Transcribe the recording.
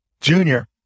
Junior